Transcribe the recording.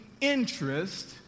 interest